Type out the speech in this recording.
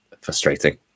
frustrating